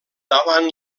davant